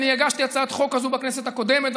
הגשתי הצעת חוק כזו בכנסת הקודמת,